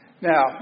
Now